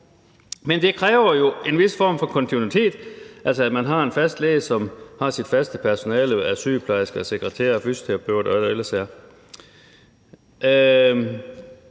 Men det kræver jo en vis form for kontinuitet, at man har en fast læge, som har sit faste personale af sygeplejerske, sekretær, fysioterapeut, og hvad der ellers er.